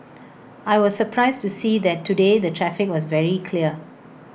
I was surprised to see that today the traffic was very clear